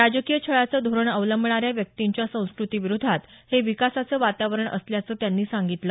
राजकीय छळाचं धोरण अवलंबणाऱ्या व्यक्तींच्या संस्कृती विरोधात हे विकासाचं वातावरण असल्याचं त्यांनी सांगितलं